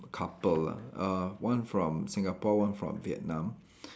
couple lah uh one from Singapore one from Vietnam